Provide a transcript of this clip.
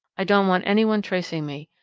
i don't want anyone tracing me.